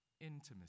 intimacy